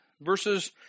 verses